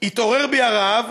התעורר בי הרעב,